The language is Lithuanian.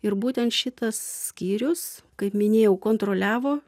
ir būtent šitas skyrius kaip minėjau kontroliavo